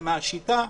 ומה השיטה?